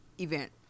event